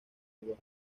igual